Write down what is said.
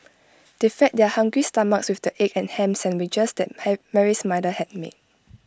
they fed their hungry stomachs with the egg and Ham Sandwiches that Mary's mother had made